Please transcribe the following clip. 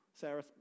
Sarah